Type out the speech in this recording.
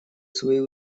свои